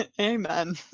Amen